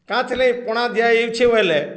କାଁ ଥିଲେ ପଣା ଦିଆହେଇଛେ ବୋଏଲେ